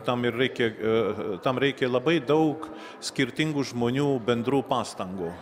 tam ir reikia tam reikia labai daug skirtingų žmonių bendrų pastangų